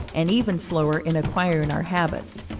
and even slower in acquiring our habits.